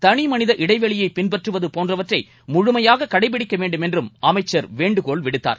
தனிமனித இடைவெளியை பின்பற்றுவது போன்றவற்றை முழுமையாக கடைபிடிக்க வேண்டும் என்றும் அமைச்சர் வேண்டுகோள் விடுத்தார்